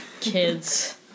Kids